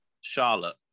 Charlotte